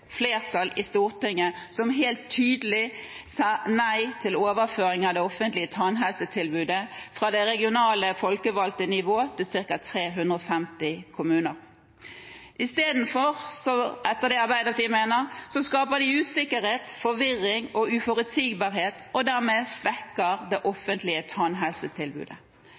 flertall i Stortinget som helt tydelig sa nei til overføring av det offentlige tannhelsetilbudet fra det regionale folkevalgte nivå til ca. 350 kommuner. I stedet skaper de – etter det Arbeiderpartiet mener – usikkerhet, forvirring og uforutsigbarhet og svekker dermed det offentlige tannhelsetilbudet.